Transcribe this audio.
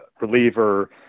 reliever